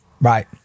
right